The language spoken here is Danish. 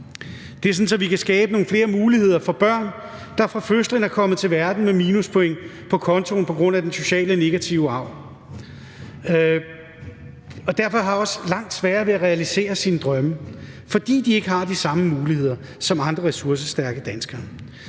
På den måde kan vi skabe nogle flere muligheder for børn, der er kommet til verden med minuspoint på kontoen på grund af den negative sociale arv og derfor også har langt sværere ved at realisere deres drømme, fordi de ikke har de samme muligheder som ressourcestærke danskere.